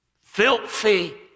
Filthy